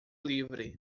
livre